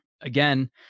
again